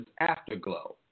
afterglow